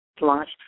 Launch